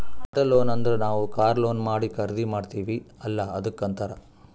auto loan ಅಂದುರ್ ನಾವ್ car loan ಮಾಡಿ ಖರ್ದಿ ಮಾಡ್ತಿವಿ ಅಲ್ಲಾ ಅದ್ದುಕ್ ಅಂತ್ತಾರ್